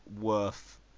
worth